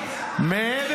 מיקי, למה?